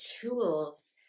tools